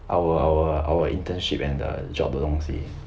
our our our internship and the job 的东西